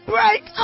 Break